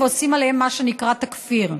ועושים עליהם מה שנקרא תכפיר,